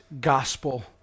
Gospel